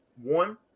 one